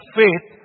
faith